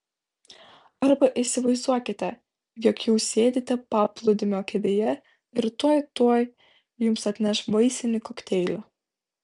arba įsivaizduokite jog jau sėdite paplūdimio kėdėje ir tuoj tuoj jums atneš vaisinį kokteilį